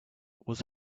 was